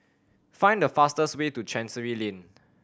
find the fastest way to Chancery Lane